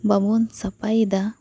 ᱵᱟᱵᱚᱱ ᱥᱟᱯᱷᱟᱭᱮᱫᱟ